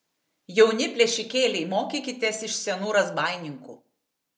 jauni plėšikėliai mokykitės iš senų razbaininkų